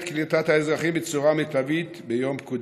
קליטת האזרחים בצורה מיטבית ביום פקודה.